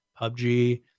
PUBG